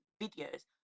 videos